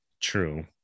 true